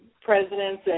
presidents